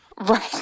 Right